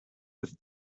with